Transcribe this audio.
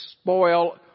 spoil